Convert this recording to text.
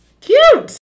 Cute